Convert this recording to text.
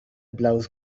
blouse